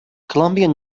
colombian